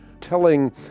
telling